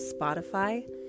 Spotify